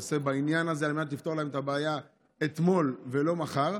עושה בעניין הזה על מנת לפתור להם את הבעיה אתמול ולא מחר?